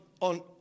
on